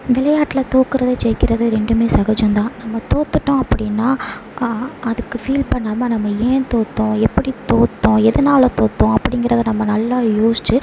விளையாட்டில் தோற்கறது ஜெயிக்கிறது ரெண்டுமே சகஜம்தான் நம்ம தோற்றுட்டோம் அப்படினா அதுக்கு ஃபீல் பண்ணாமல் நம்ம ஏன் தோற்றோம் எப்படி தோற்றோம் எதனால தோற்றோம் அப்படிங்கிறத நம்ம நல்லா யோசித்து